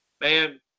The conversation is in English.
Man